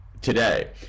today